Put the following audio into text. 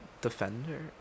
Defender